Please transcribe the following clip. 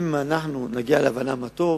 אם נגיע להבנה, מה טוב.